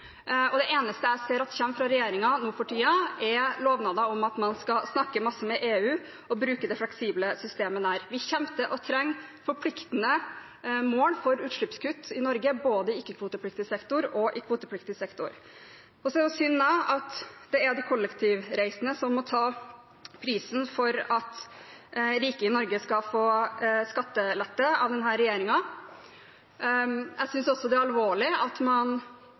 og det eneste jeg ser komme fra regjeringen nå for tiden, er lovnader om at man skal snakke masse med EU og bruke det fleksible systemet der. Vi kommer til å trenge forpliktende mål for utslippskutt i Norge både i ikke-kvotepliktig sektor og i kvotepliktig sektor. Så er det synd at det er de kollektivreisende som må betale prisen for at rike i Norge skal få skattelette av denne regjeringen. Jeg synes også det er alvorlig at man